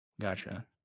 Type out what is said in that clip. Gotcha